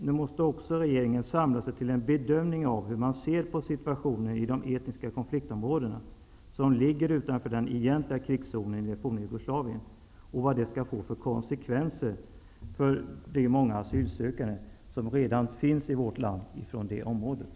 Nu måste också regeringen samla sig till en bedömning av hur den ser på situationen i de etniska konfliktområden som ligger utanför den egentliga krigszonen i det forna Jugoslavien, och vad detta skall få för konsekvenser för de många asylsökande från detta område som redan finns i vårt land.